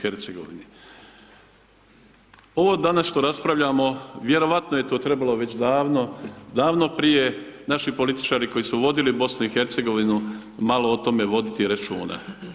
Ovo danas što raspravljamo, vjerojatno je to već davno, davno prije, naši političari koji su vodili BiH, malo o tome voditi računa.